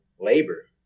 labor